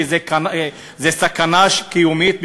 כי זו סכנה קיומית,